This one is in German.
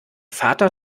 vater